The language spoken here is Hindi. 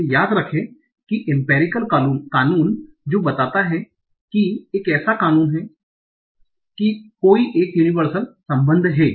इसलिए याद रखें कि एम्पेरिकल नियम जो बताता है कि एक ऐसा कानून है संदर्भ समय 1034 कि कोई एक यूनिवरसल संबंध है